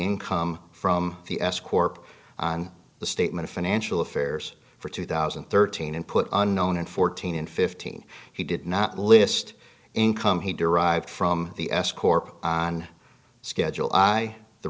income from the s corp on the statement financial affairs for two thousand and thirteen and put unknown and fourteen and fifteen he did not list income he derived from the s corp on schedule i the